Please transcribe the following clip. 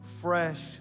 fresh